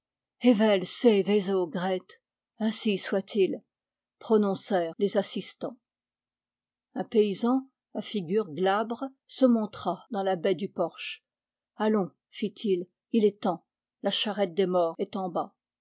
evel sé vézo grêt ainsi soit-il prononcèrent les assistants un paysan à figure glabre se montra dans la baie du porche allons fit-il il est temps la charrette des morts est en bas